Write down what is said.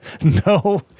no